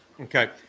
Okay